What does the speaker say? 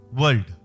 world